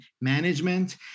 management